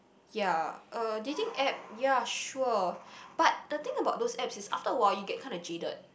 ya uh dating app ya sure but the thing about those apps is after a while you get kinda jaded